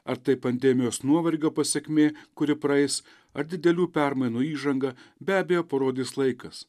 ar tai pandemijos nuovargio pasekmė kuri praeis ar didelių permainų įžanga be abejo parodys laikas